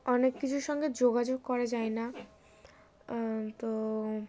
অনেক কিছুর সঙ্গে যোগাযোগ করা যায় না তো